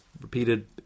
repeated